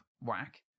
whack